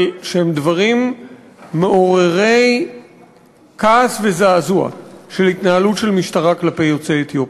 דברים מעוררי כעס וזעזוע של התנהלות של משטרה כלפי יוצאי אתיופיה.